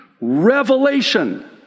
Revelation